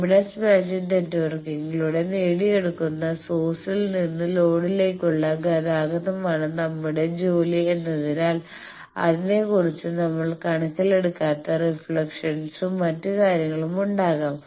impedance matching നെറ്റ്വർക്കിലൂടെ നേടിയെടുക്കുന്ന സോഴ്സിൽ നിന്ന് ലോഡിലേക്കുള്ള ഗതാഗതമാണ് നമ്മളുടെ ജോലി എന്നതിനാൽ അതിനെക്കുറിച്ച് നമ്മൾ കണക്കിലെടുക്കാത്ത റിഫ്ലക്ഷൻസും മറ്റ് കാര്യങ്ങളും ഉണ്ടാകാം